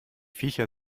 viecher